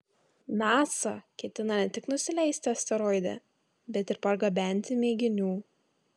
nasa ketina ne tik nusileisti asteroide bet ir pargabenti mėginių